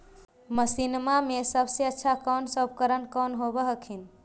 मसिनमा मे सबसे अच्छा कौन सा उपकरण कौन होब हखिन?